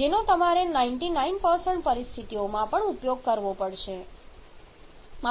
જેનો તમારે 99 પરિસ્થિતિઓમાં પણ ઉપયોગ કરવો પડશે